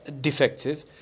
defective